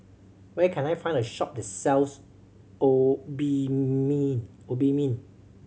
where can I find a shop that sells Obimin Obimin